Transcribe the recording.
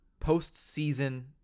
postseason